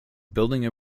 building